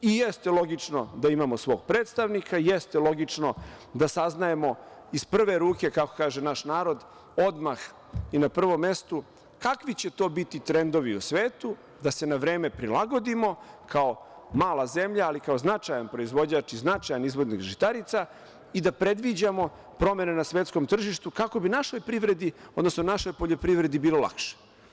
I jeste logično da imamo svog predstavnika, jeste logično da saznajemo iz prve ruke, kako kaže naš narod, odmah i na prvom mestu kakvi će to biti trendovi u svetu da se na vreme prilagodimo kao mala zemlja, ali kao značajan proizvođač i značajan izvoznik žitarica i da predviđamo promene na svetskom tržištu kako bi našoj privredi, odnosno našoj poljoprivredi bilo lakše.